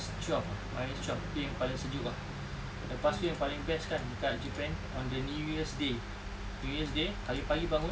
twelve ah minus twelve yang paling sejuk ah lepas tu yang paling best kan kat japan on the new year's day new year's day pagi-pagi bangun